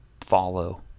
follow